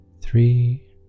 three